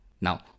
Now